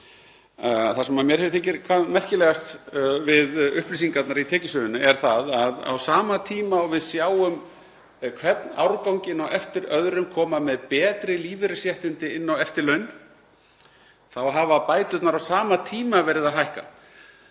það sem mér þykir hvað merkilegast við upplýsingarnar í Tekjusögunni það að á sama tíma og við sjáum hvern árganginn á eftir öðrum koma með betri lífeyrisréttindi inn á eftirlaun þá hafa bæturnar á sama tíma verið að hækka.